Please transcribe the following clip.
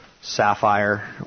Sapphire